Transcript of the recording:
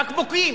בקבוקים.